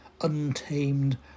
untamed